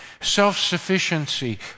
self-sufficiency